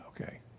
Okay